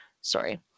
Sorry